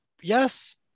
Yes